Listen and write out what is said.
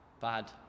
bad